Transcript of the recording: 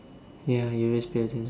ya you always pay attention